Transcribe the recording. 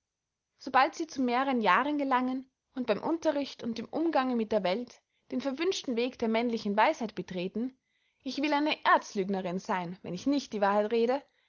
sobald sie zu mehrern jahren gelangen und beym unterricht und dem umgange mit der welt den verwünschen weg der männlichen weisheit betreten ich will eine erzlügnerinn seyn wenn ich nicht die wahrheit rede